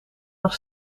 nog